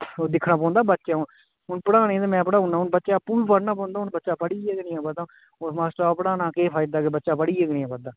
दिक्खना पौंदा बच्चें गी हून पढ़ाने गी ते मैं पढ़ाई ओड़ना हून बच्चे गी आपूं बी पढ़ना पौंदा हून बच्चा पढ़ियै गै नेईं आवै दा होर मास्टरै दे पढ़ाने दा केह् फायदा जे बच्चा पढ़ियै गै नेईं आवै दा